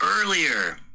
earlier